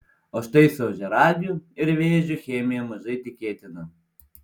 o štai su ožiaragiu ir vėžiu chemija mažai tikėtina